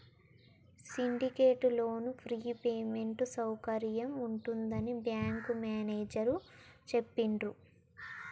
syndicate లోను free payment సౌకర్యం ఉంటుందని బ్యాంకు మేనేజేరు చెప్పిండ్రు